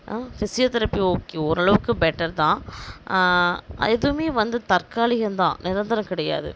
ஆ physiotherapy okay ஓரளவுக்கு better தான் எதுவுமே வந்து தற்காலிகந்தான் நிரந்தரம் கிடையாது